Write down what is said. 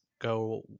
go